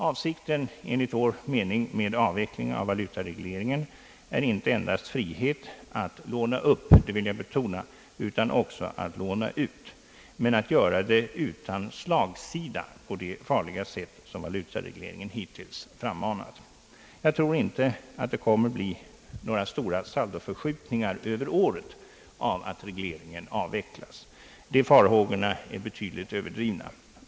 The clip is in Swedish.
Enligt vår mening är avsikten med avvecklingen av valutaregleringen inte endast frihet att låna upp, det vill jag betona, utan också frihet att låna ut, men att göra det utan slagsida på det farliga sätt som valutaregleringen hittills frammanat. Jag tror inte att det kommer att bli några stora saldoförskjutningar över året på grund av att regleringen avvecklas. De farhågorna är betydligt överdrivna.